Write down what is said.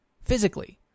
physically